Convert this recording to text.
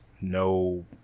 No